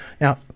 now